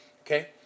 Okay